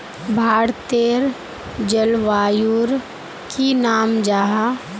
भारतेर जलवायुर की नाम जाहा?